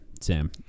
Sam